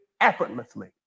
effortlessly